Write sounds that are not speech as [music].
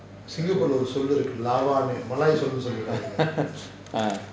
[laughs]